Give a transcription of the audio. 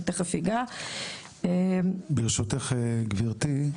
ברשותך, גבירתי,